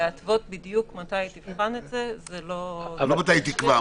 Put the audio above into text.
להתוות בדיוק מתי היא תבחן את זה --- לא מתי היא תקבע,